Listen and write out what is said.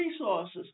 resources